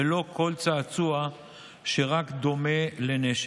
ולא כל צעצוע שרק דומה לנשק.